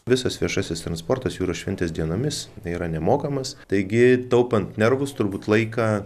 visas viešasis transportas jūros šventės dienomis yra nemokamas taigi taupant nervus turbūt laiką